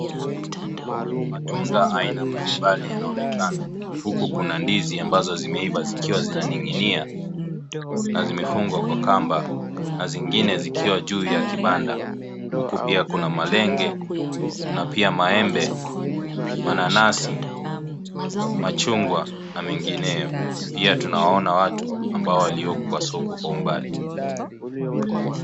Matunda aina mbalimbali yanaonekana huku kuna ndizi ambazo zimeiva zikiwa zimeninginia na zimefungwa na kamba juu ya kibanda, pia kuna malenge kuna pia maembe, mananasi, machungwa na mengineo pia tunawaona watu ambao walioko kwa soko kwa umbali